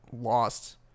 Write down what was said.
lost